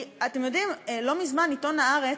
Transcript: כי אתם יודעים, לא מזמן עיתון "הארץ"